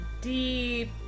deep